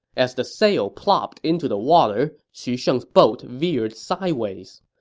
as the sail plopped into the water, xu sheng's boat veered sideways.